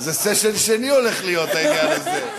זה סשן שני הולך להיות, העניין הזה.